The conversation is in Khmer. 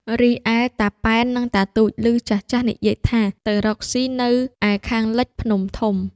រីឯ តាប៉ែននិងតាទូច ឮចាស់ៗនិយាយថា ទៅរកស៊ីនៅឯខាងលិចភ្នំធំ ។